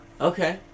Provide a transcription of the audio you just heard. Okay